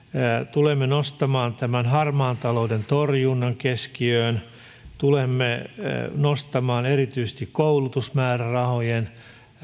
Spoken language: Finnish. tulemme nostamaan tämän harmaan talouden torjunnan keskiöön tulemme nostamaan erityisesti koulutusmäärärahojen